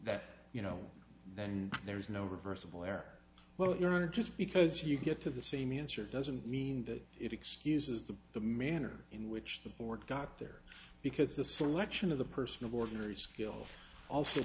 that you know then there is no reversible error well your honor just because you get to the same answer doesn't mean that it excuses the the manner in which the board got there because the selection of the person of ordinary skill also